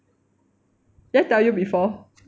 did I tell you before